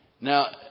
Now